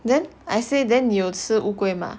then I say then 你有吃乌龟 mah